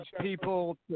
people